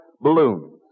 balloons